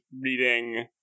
reading